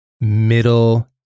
Middle